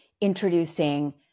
introducing